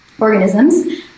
organisms